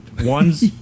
one's